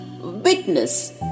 witness